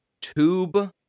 tube